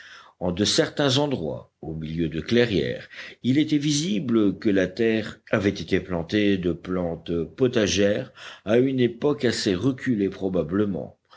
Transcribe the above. en de certains endroits au milieu de clairières il était visible que la terre avait été plantée de plantes potagères à une époque assez reculée probablement